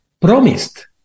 promised